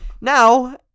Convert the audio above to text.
now